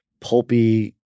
pulpy